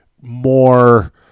more